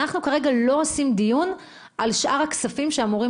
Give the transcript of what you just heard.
אנחנו כרגע לא עושים דיון על שאר הכספים שאמורים